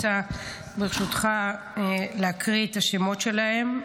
אני רוצה ברשותך להקריא את השמות שלהם.